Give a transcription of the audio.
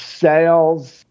Sales